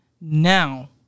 now